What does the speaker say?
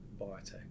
biotech